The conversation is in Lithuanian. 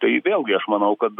tai vėlgi aš manau kad